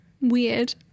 Weird